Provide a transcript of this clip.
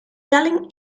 selling